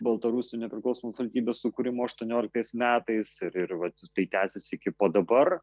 baltarusių nepriklausomos valstybės sukūrimu aštuonioliktais metais ir vat tai tęsiasi iki pat dabar